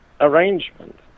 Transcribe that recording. arrangement